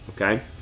okay